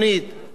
כלכלית.